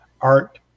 art